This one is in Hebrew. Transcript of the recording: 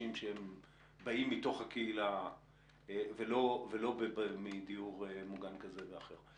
קשישים שבאים מתוך הקהילה ולא מדיור מוגן כזה ואחר.